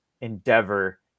endeavor